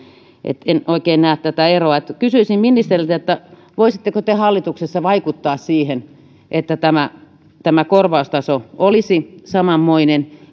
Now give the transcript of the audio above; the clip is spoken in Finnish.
eli en oikein näe tätä eroa kysyisin ministeriltä voisitteko te hallituksessa vaikuttaa siihen että tämä tämä korvaustaso olisi samanmoinen